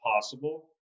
possible